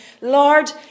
Lord